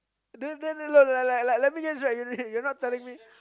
then then then like like like like let me just write you this you're not telling me